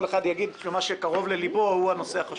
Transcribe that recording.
כל אחד יגיד שמה שקרוב לליבו הוא הנושא החשוב.